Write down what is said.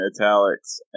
italics